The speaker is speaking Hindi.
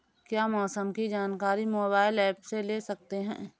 क्या मौसम की जानकारी मोबाइल ऐप से ले सकते हैं?